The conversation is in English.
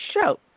show